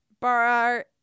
Bar